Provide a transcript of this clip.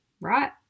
right